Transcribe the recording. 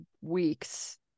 weeks